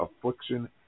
Affliction